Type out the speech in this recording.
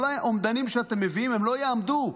כל האומדנים שאתם מביאים לא יעמדו,